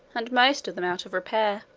and most of them out of repair.